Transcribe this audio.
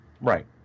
right